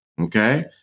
okay